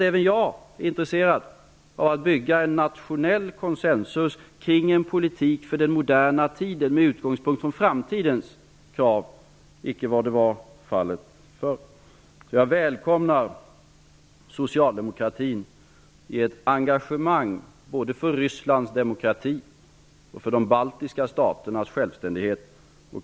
Även jag är intresserad av att bygga en nationell konsensus kring en politik för den moderna tiden med utgångspunkt från framtidens, inte dåtidens, krav. Jag välkomnar socialdemokratin i ett engagemang för Rysslands demokrati och de baltiska staternas självständighet.